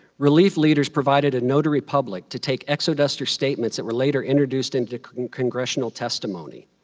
relief leaders provided a notary public to take exodusters' statements that were later introduced into congressional testimony,